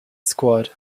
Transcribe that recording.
squad